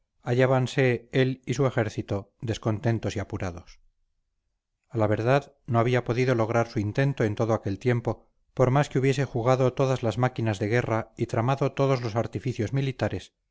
plaza hallábanse él y su ejército descontentos y apurados a la verdad no había podido lograr su intento en todo aquel tiempo por más que hubiese jugado todas las máquinas de guerra y tramado todos los artificios militares